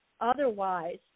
otherwise